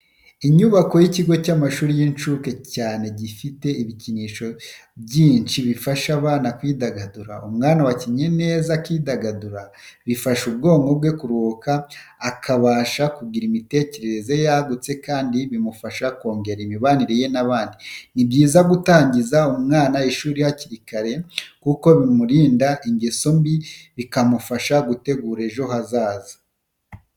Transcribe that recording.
Inyubako y'ikigo cy'amashuri y'incuke kiza cyane gifite ibikinisho byinshi bifasha abana kwidagadura. Umwana wakinnye neza akidagadura bifasha ubwonko bwe kuruhuka, akabasha kugira imitekerereze yagutse kandi bimufasha kongera imibanire ye n'abandi. Ni byiza gutangiza umwana ishuri hakiri kare kuko bimurinda ingeso mbi, bikamufasha gutegura ejo hazaza.